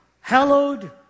hallowed